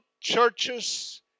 churches